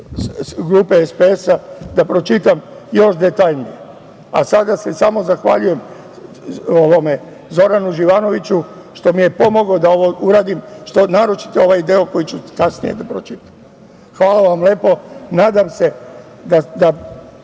grupe SPS-a da pročitam još detaljnije. Sada se samo zahvaljujem Zoranu Živanoviću što mi je pomogao ovo da uradim, naročito ovaj deo koji ću kasnije da pročitam. Hvala vam lepo. Nadam se da